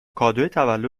تولدت